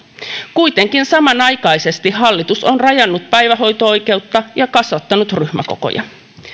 kuitenkin samanaikaisesti hallitus on rajannut päivähoito oikeutta ja kasvattanut ryhmäkokoja